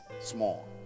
small